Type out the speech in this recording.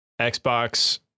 Xbox